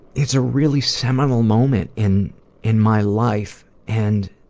it's a really seminal moment in in my life and